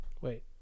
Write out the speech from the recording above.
wait